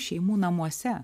šeimų namuose